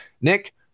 Nick